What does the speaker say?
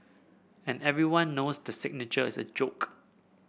and everyone knows the signature is a joke